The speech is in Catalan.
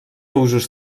usos